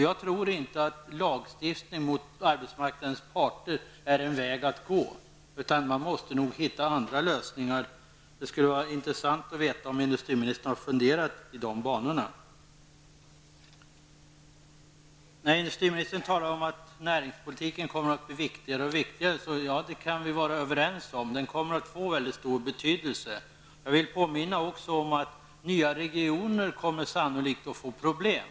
Jag tror inte att lagstiftning mot arbetsmarknadens parter är en väg att gå. Man måste nog hitta andra lösningar. Det skulle vara intressant att veta om industriministern har funderat i de banorna. Industriministern talar om att näringspolitiken kommer att bli viktigare och viktigare. Det kan vi vara överens om. Den kommer att få mycket stor betydelse. Jag vill också påminna om att nya regioner sannolikt kommer att få problem.